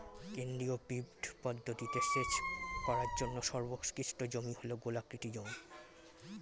কেন্দ্রীয় পিভট পদ্ধতিতে সেচ করার জন্য সর্বোৎকৃষ্ট জমি হল গোলাকৃতি জমি